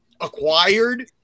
acquired